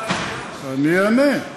כמו כל ענף אחר.